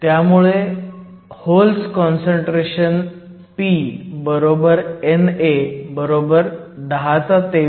त्यामुळे holes concentration p NA 1023 m 3